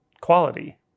quality